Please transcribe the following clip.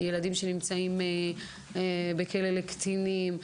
ילדים שנמצאים בכלא לקטינים,